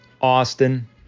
Austin